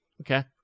Okay